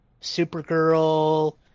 supergirl